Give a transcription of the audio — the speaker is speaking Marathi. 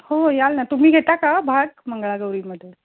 हो याल ना तुम्ही घेता का भाग मंगळागौरीमध्ये